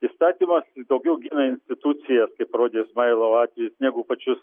įstatymas daugiau gina institucijas kaip parodė izmailovo atvejis negu pačius